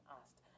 asked